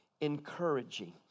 encouraging